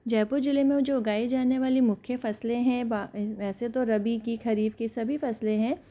जयपुर ज़िले में जो उगाए जाने वाली मुख्य फसलें हैं बा वैसे तो रवि की खरीफ की सभी फसले हैं